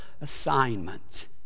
assignment